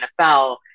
NFL